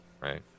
right